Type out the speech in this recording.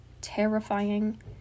terrifying